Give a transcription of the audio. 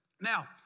Now